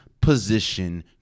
position